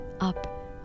up